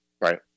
Right